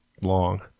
long